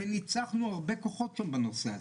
וניצחנו הרבה כוחות שם בנושא הזה.